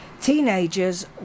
teenagers